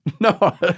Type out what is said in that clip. No